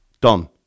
Done